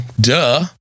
duh